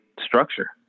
structure